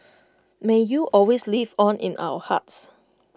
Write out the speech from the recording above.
may you always live on in our hearts